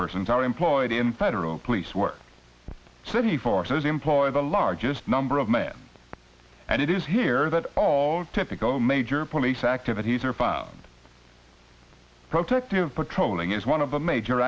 persons are employed in federal police work city forces employ the largest number of men and it is here that all typical major police activities are found protracted patrolling is one of the major